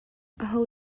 aho